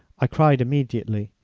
i cried immediately,